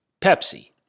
Pepsi